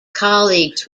colleagues